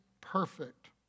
perfect